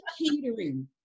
catering